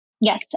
Yes